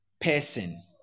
person